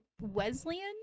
wesleyan